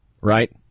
right